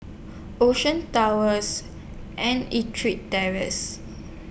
Ocean Towers and Ettrick Terrace